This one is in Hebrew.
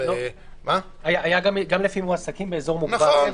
היה גם לפי מועסקים באזור מוגבל.